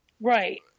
Right